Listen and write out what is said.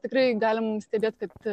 tikrai galim stebėt kad